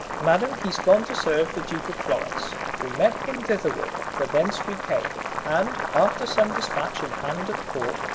madam, he's gone to serve the duke of florence. we met him thitherward for thence we came, and, after some dispatch in hand at court,